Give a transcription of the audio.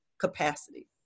capacity